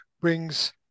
brings